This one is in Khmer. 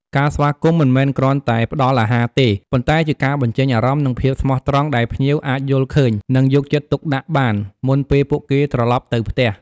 ការស្វាគមន៍មិនមែនគ្រាន់តែផ្តល់អាហារទេ ប៉ុន្តែជាការបញ្ចេញអារម្មណ៍ និងភាពស្មោះត្រង់ ដែលភ្ញៀវអាចយល់ឃើញ និងយកចិត្តទុកដាក់បាន មុនពេលពួកគេត្រឡប់ទៅផ្ទះ។